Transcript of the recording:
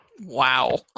Wow